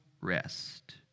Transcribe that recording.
rest